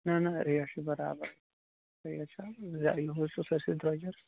نہ نہ ریٹ چھِ برابر ریٹ چھِ زیادٕ یُہُس چھُ سٲرسٕے درٛۄجَر